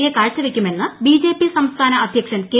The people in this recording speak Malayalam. എ കാഴ്ചവയ്ക്കുട്ടുമെന്ന് ബിജെപി സംസ്ഥാന അദ്ധ്യക്ഷൻ കെ